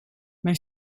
mijn